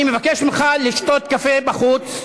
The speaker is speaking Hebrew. אני מבקש ממך לשתות קפה בחוץ.